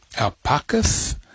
alpacas